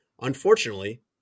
Unfortunately